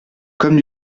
comme